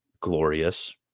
glorious